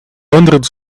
hundreds